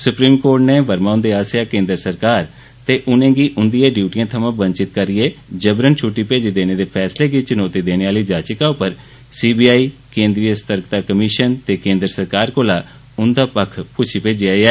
supreme court नै वर्मा हुन्दे आस्सेआ केन्द्र सराकर दे उनेंगी उन्दियें ड्यूटियें थमां वंचित करियैं जबरन छुट्टी भेजी देने दे फैसले गी चुनौती देने आली याचिका पर सी बी आई केन्द्री स्तर्कता कमीशन ते केन्द्र सरकार कोला उन्दा पक्ख पुच्छेआ ऐ